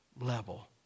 level